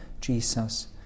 Jesus